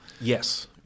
Yes